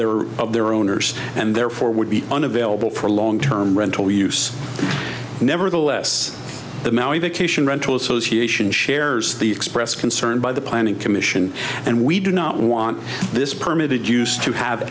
or of their owners and therefore would be unavailable for long term rental use nevertheless the maui vacation rental association shares the expressed concern by the planning commission and we do not want this permitted use to have